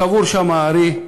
קבור שם האר"י,